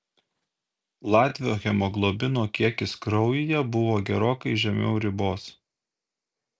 latvio hemoglobino kiekis kraujyje buvo gerokai žemiau ribos